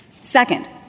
Second